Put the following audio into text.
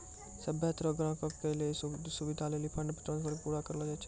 सभ्भे तरहो के ग्राहको के सुविधे लेली फंड ट्रांस्फर के पूरा करलो जाय छै